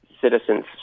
citizens